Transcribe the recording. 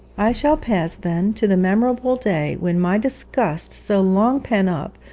i shall pass, then, to the memorable day when my disgust, so long pent up,